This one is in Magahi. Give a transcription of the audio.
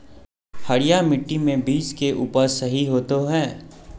हरिया मिट्टी में बीज के उपज सही होते है?